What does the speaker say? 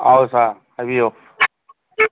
ꯑꯧ ꯁꯥꯔ ꯍꯥꯏꯕꯤꯌꯨ